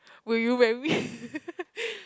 will you marry me